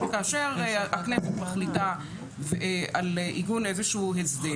כאשר הכנסת מחליטה על עיגון איזשהו הסדר,